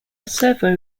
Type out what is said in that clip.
survey